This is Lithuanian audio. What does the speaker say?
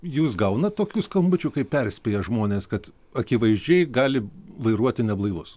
jūs gaunat tokių skambučių kai perspėja žmones kad akivaizdžiai gali vairuoti neblaivus